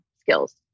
skills